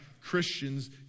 Christians